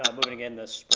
moving again this